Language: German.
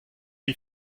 die